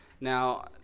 Now